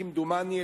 כמדומני,